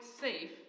safe